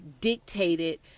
dictated